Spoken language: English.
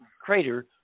Crater